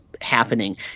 happening